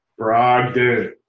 Brogdon